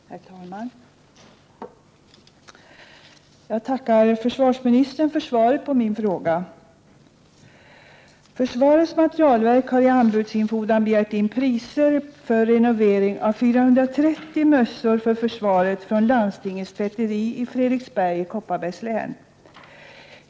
Herr talman! Jag tackar försvarsministern för svaret på min fråga. Försvarets materielverk har i anbudsinfordran begärt in priser för renovering av 430 000 mössor för försvaret från landstingets tvätteri i Fredriksberg i Kopparbergs län.